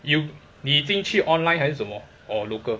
你你进去 online 还是什么 or local